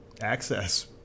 access